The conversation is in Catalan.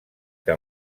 que